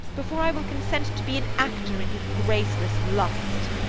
before i will consent to be an actor in his graceless lust.